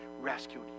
rescued